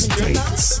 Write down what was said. States